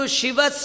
Shiva